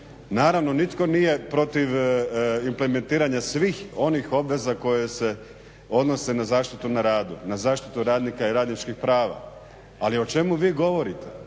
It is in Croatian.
Naravno nitko nije protiv implementiranja svih onih obveza koje se odnose na zaštitu na radu, na zaštitu radnika i radničkih prava, ali o čemu vi govorite,